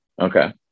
Okay